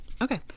Okay